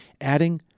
adding